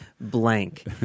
blank